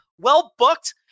Well-booked